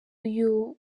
uyu